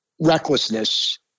recklessness